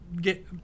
get